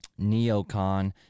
neocon